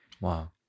Wow